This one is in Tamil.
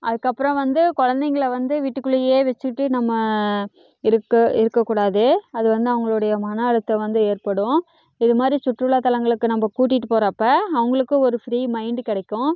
அதுக்கப்புறம் வந்து குழந்தைங்கள வந்து வீட்டுக்குள்ளையே வச்சுட்டு நம்ம இருக்க இருக்கக்கூடாது அது வந்து அவங்களுடைய மன அழுத்தம் வந்து ஏற்படும் இது மாதிரி சுற்றுலா தலங்களுக்கு நம்ம கூட்டிகிட்டு போகிறப்ப அவர்களுக்கு ஒரு ஃப்ரீ மைண்ட்டு கிடைக்கும்